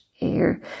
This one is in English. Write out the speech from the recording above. air